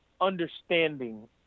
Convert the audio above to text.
understanding